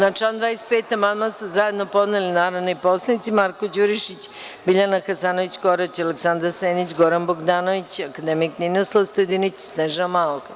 Na član 25. amandman su zajedno podneli narodni poslanici Marko Đurišić, Biljana Hasanović Korać, Aleksandar Senić, Goran Bogdanović, akademik Ninoslav Stojadinović i Snežana Malović.